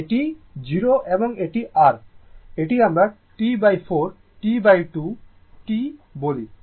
এটি 0 এবং এটি r এটি আমরা T4 T2 T বলি